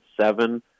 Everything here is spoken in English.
seven